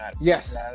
Yes